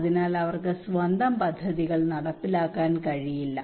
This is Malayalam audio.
അതിനാൽ അവർക്ക് സ്വന്തം പദ്ധതികൾ നടപ്പിലാക്കാൻ കഴിയില്ല